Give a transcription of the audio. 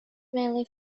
mainly